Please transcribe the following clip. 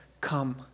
come